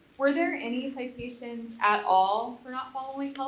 were there any citations at all for not following